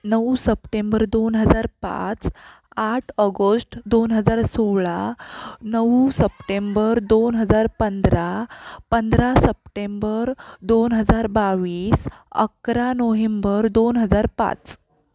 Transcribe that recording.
नऊ सप्टेंबर दोन हजार पाच आठ ऑगस्ट दोन हजार सोळा नऊ सप्टेंबर दोन हजार पंधरा पंधरा सप्टेंबर दोन हजार बावीस अकरा नोहेंबर दोन हजार पाच